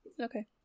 Okay